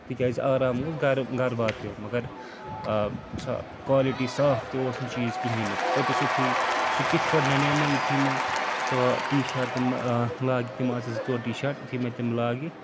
تِکیٛازِ آرام اوس گَرٕ گَرٕ واتیو مگر سۄ کالٹی صاف تہِ اوس نہٕ چیٖز کِہیٖنۍ نہٕ پوٚتُس یُتھُے سُہ کِتھ پٲٹھۍ نَنیو مےٚ یُتھُے مےٚ سۄ ٹی شٲٹ تِمہٕ لاگہِ تِم آسہٕ زٕ ژور ٹی شاٹ یُتھُے مےٚ تِم لاگہِ